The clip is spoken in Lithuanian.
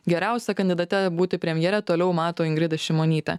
geriausia kandidate būti premjere toliau mato ingridą šimonytę